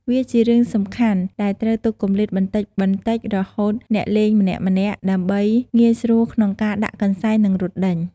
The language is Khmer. វាជារឿងសំខាន់ដែលត្រូវទុកគម្លាតបន្តិចៗរវាងអ្នកលេងម្នាក់ៗ ដើម្បីងាយស្រួលក្នុងការដាក់កន្សែង និងរត់ដេញ។